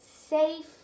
safe